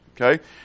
Okay